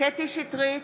קטי קטרין שטרית,